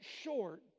short